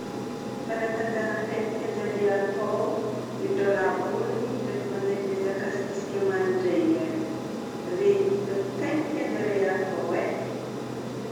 Fanatanjahan-tegna tian-jare atao, midôla boligny, ndraiky mandeha mihazakazaka isaka mandraigny are. Iregny hitako tegna tian-jare atao e.